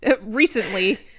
recently